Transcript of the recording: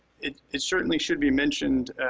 it it certainly should be mentioned